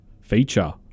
feature